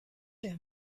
der